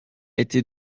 été